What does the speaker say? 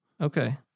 Okay